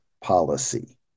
policy